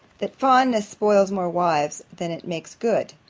that fondness spoils more wives than it makes good